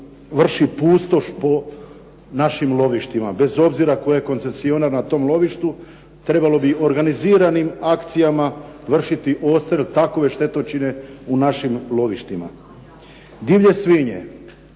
vrši pustoš po našim lovištima. Bez obzira tko je koncesionar na tom lovištu, trebalo bi organiziranim akcijama vršiti … /Govornik se ne razumije./… takove štetočine u našim lovištima. Divlje svinje.